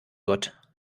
gott